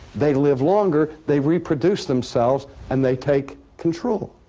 they live longer, they reproduced themselves and they take control.